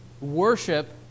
worship